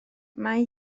mae